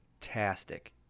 fantastic